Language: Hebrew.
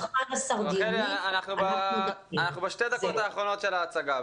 אנחנו בשתי דקות אחרונות של ההצגה.